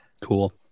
Cool